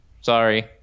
sorry